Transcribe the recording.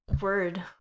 word